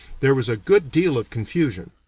there was a good deal of confusion,